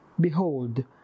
Behold